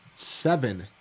seven